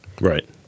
Right